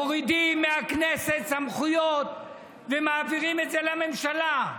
מורידים מהכנסת סמכויות ומעבירים את זה לממשלה.